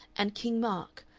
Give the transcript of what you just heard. and king mark,